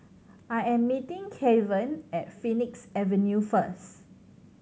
I am meeting Kavon at Phoenix Avenue first